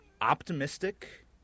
optimistic